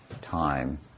time